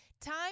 Time